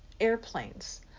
airplanes